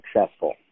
successful